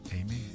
Amen